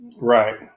Right